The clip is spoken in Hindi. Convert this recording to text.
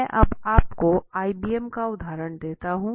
मैं अब आपको आईबीएम का उदाहरण देता हूँ